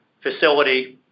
facility